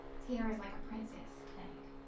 tiara is like a princess thing.